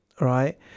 right